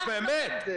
נו באמת.